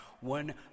one